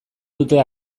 dute